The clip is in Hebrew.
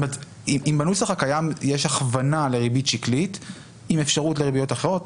אם בנוסח הקיים יש הכוונה לריבית שקלית עם אפשרות לריביות אחרות,